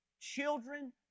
Children